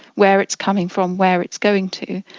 where it's coming from, where it's going to.